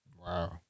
Wow